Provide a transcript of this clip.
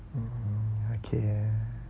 mm okay